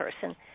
person